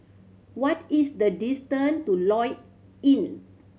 what is the distant to Lloyds Inn